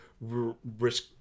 risk